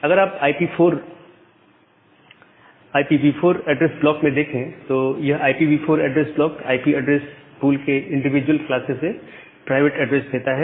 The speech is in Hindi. अगर आप IPv4 एड्रेस ब्लॉक में देखें तो यह IPv4 address block IP address pool के इंडिविजुअल क्लासेस से प्राइवेट एड्रेस देता है